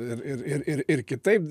ir ir ir ir ir kitaip